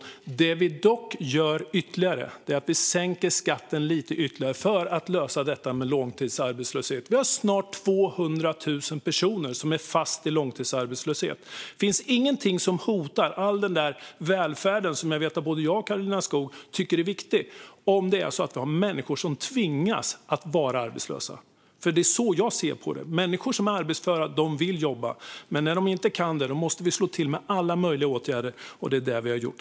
Det vi dock gör utöver det är att vi sänker skatten lite ytterligare, för att lösa detta med långtidsarbetslösheten. Vi har snart 200 000 personer som är fast i långtidsarbetslöshet. Det finns ingenting som hotar all den välfärd som jag vet att både jag och Karolina Skog tycker är viktig som att det finns människor som tvingas vara arbetslösa. Det är nämligen så jag ser det: Människor som är arbetsföra vill jobba. När de inte kan det måste vi slå till med alla åtgärder som är möjliga, och det är det vi har gjort.